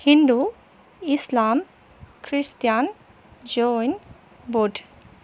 হিন্দু ইছলাম খ্ৰীষ্টান জৈন বৌদ্ধ